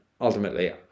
ultimately